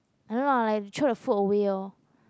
I don't know lah like throw the food away orh